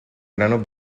granos